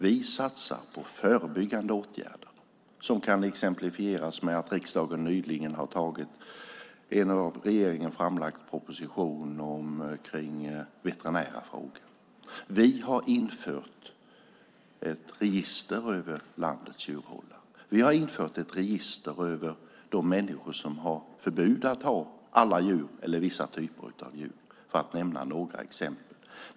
Vi satsar på förebyggande åtgärder. För att nämna några exempel: Riksdagen har nyligen antagit en av regeringen framlagd proposition om veterinära frågor. Vi har infört ett register över landets djurhållare. Vi har infört ett register över de människor som är förbjudna att ha djur över huvud taget eller att ha vissa typer av djur.